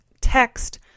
text